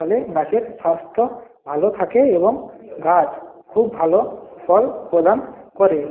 ফলে গাছের স্বাস্থ্য ভালো থাকে এবং গাছ খুব ভালো ফল প্রদান করে